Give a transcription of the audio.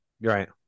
Right